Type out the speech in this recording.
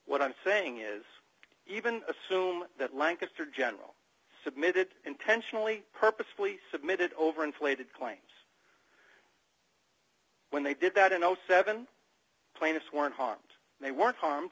what i'm saying is even assume that lancaster general submitted intentionally purposefully submitted over inflated claims when they did that in seven plaintiffs weren't harmed they weren't harmed